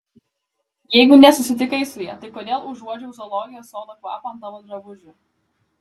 jeigu nesusitikai su ja tai kodėl užuodžiau zoologijos sodo kvapą ant tavo drabužių